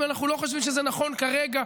אם אנחנו לא חושבים שזה נכון כרגע,